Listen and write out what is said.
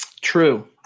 True